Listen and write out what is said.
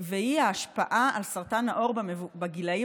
והיא ההשפעה על סרטן העור בגילים